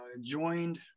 joined